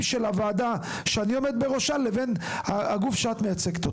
של הוועדה שאני עומד בראשה לבין הגוף שאת מייצגת.